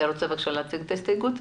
אתה רוצה להוסיף את ההסתייגות?